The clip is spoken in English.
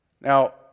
Now